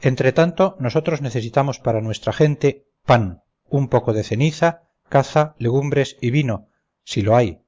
entretanto nosotros necesitamos para nuestra gente pan un poco de cecina caza legumbres y vino si lo hay